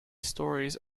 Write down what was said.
stories